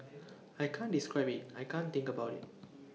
I can't describe IT I can't think about IT